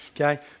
okay